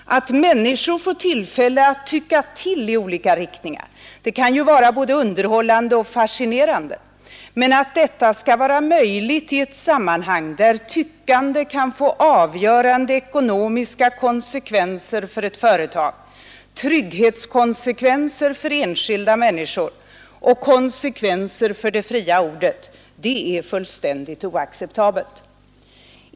Att människor får tillfälle att tycka till i olika riktningar kan ju vara både underhållande och fascinerande, men att detta skall vara möjligt i ett sammanhang där tyckandet kan få avgörande ekonomiska konsekvenser för ett företag, trygghetskonsekvenser för enskilda människor och konsekvenser för det fria ordet är fullständigt oacceptabelt.